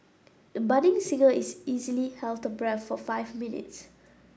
the budding singer is easily held her breath for five minutes